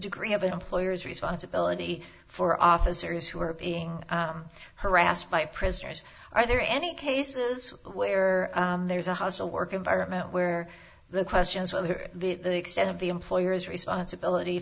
degree of an employer's responsibility for officers who are being harassed by prisoners are there any cases where there's a hostile work environment where the question is whether the extent of the employer's responsibility